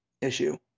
issue